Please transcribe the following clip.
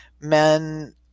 men